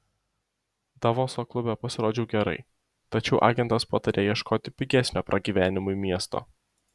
davoso klube pasirodžiau gerai tačiau agentas patarė ieškoti pigesnio pragyvenimui miesto